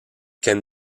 can